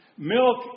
Milk